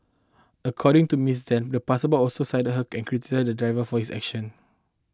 according to Miss Deng the passerby also side her and criticized the driver for his action